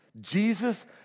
Jesus